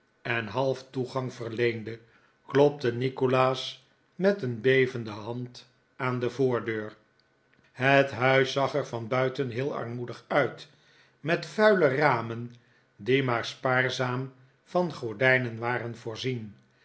en half toegang verleende klopte nikolaas met een bevende hand aan de voordeur het huis zag er van buiten heel armoedig uit met virile ramen die maar spaarzaam van gordijnen waren voorzien